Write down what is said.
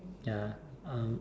ya